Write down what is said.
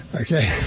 Okay